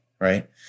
Right